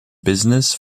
business